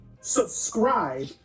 subscribe